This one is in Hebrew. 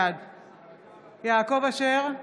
בעד יעקב אשר,